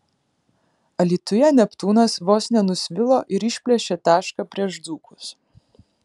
alytuje neptūnas vos nenusvilo ir išplėšė tašką prieš dzūkus